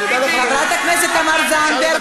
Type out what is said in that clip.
חבר הכנסת חיים ילין,